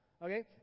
Okay